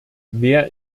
wer